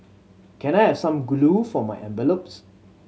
can I have some glue for my envelopes